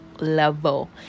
level